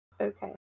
Okay